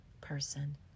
person